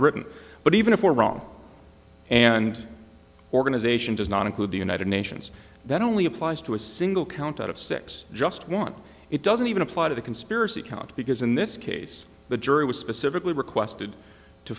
statured written but even if we're wrong and organization does not include the united nations that only applies to a single count out of six just one it doesn't even apply to the conspiracy count because in this case the jury was specifically requested to